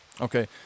Okay